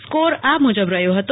score આ મુજબ રહયો હતો